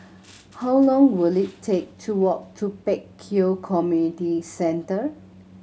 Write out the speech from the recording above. how long will it take to walk to Pek Kio Community Centre